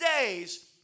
days